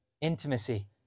Intimacy